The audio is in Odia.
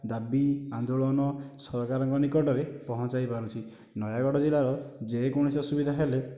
ଦାବି ଆନ୍ଦୋଳନ ସରକାରଙ୍କ ନିକଟରେ ପହଞ୍ଚାଇପାରୁଛି ନୟାଗଡ଼ ଜିଲ୍ଲାର ଯେକୌଣସି ଅସୁବିଧା ହେଲେ